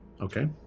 Okay